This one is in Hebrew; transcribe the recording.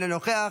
אינו נוכח,